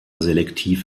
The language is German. selektiv